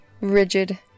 rigid